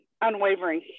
unwavering